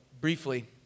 briefly